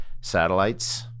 satellites